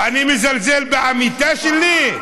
אני מזלזל בעמיתה שלי?